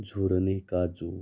झुरने काजू